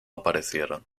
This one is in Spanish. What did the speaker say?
aparecieron